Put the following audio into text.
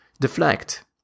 Deflect